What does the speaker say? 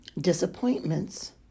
disappointments